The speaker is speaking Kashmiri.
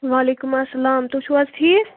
وعلیکُم اسلام تُہۍ چھِو حظ ٹھیٖک